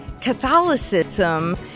Catholicism